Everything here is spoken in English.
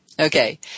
Okay